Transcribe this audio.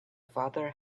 father